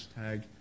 hashtag